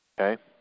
okay